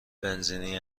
بنزینی